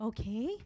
Okay